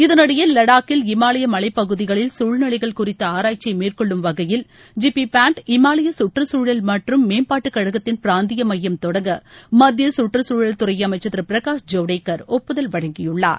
இதனிடையே லடாக்கில் இமலாய மலைப்பகுதிகளில் சூழ்நிலைகள் குறித்த ஆராய்ச்சியை மேற்கொள்ளும் வகையில் ஜி பி பேன்ட் இமாவய கற்றுக்குழல் மற்றும் மேம்பாட்டு கழகத்தின் பிராந்திய மையம் தொடங்க மத்திய சுற்றுச்சூழல்துறை அமைச்சர் திரு பிரகாஷ் ஜவடேசர் ஒப்புதல் வழங்கியுள்ளார்